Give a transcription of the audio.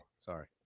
sorry